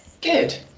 good